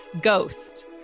ghost